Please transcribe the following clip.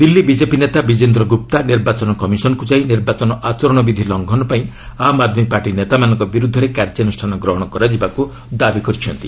Delhi BJP ନେତା ବିଜେନ୍ଦ୍ର ଗୁପ୍ତା ନିର୍ବାଚନ କମିଶନ୍କୁ ଯାଇ ନିର୍ବାଚନ ଆଚରଣ ବିଧି ଲଙ୍ଘନ ପାଇଁ ଆମ୍ ଆଦ୍ମୀ ପାର୍ଟି ନେତାମାନଙ୍କ ବିରୁଦ୍ଧରେ କାର୍ଯ୍ୟାନୁଷ୍ଠାନ ଗ୍ରହଣ କରାଯିବାକୁ ଦାବି କରିଛନ୍ତି